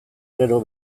gero